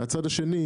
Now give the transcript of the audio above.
מהצד השני,